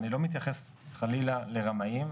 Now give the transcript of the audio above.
ואני לא מתייחס חלילה לרמאים,